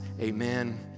Amen